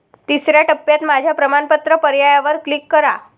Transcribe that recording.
तिसर्या टप्प्यात माझ्या प्रमाणपत्र पर्यायावर क्लिक करा